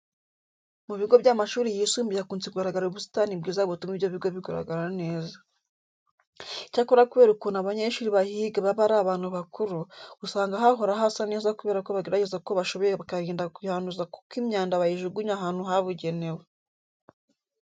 Mu bigo by'amashuri yisumbuye hakunze kugaragara ubusitani bwiza butuma ibyo bigo bigaragara neza. Icyakora kubera ukuntu abanyeshuri bahiga baba ari abantu bakuru, usanga hahora hasa neza kubera ko bagerageza uko bashoboye bakirinda kuhanduza kuko imyanda bayijugunya ahantu habugenewe.